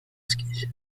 ski